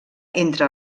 entre